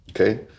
Okay